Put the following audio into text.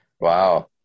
Wow